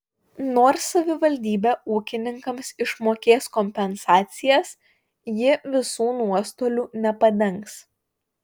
nors savivaldybė ūkininkams išmokės kompensacijas ji visų nuostolių nepadengs